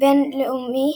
הבין-לאומי